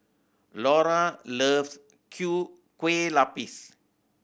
Laura loves kue lupis